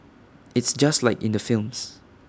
it's just like in the films